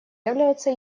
является